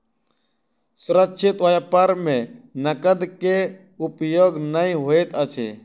सुरक्षित व्यापार में नकद के उपयोग नै होइत अछि